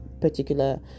particular